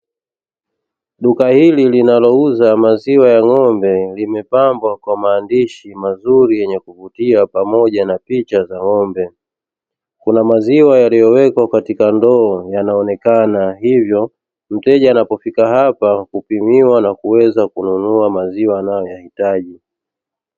Duka hili linalouza maziwa ya ng'ombe limepambwa kwa maandishi mazuri yenye kuvutia pamoja na picha za ng'ombe, kuna maziwa yaliyowekwa katika ndoo yanaonekana hivyo mteja anapofika hapa hupimiwa na kuweza kununua maziwa anayoyahitaji.